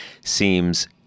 seems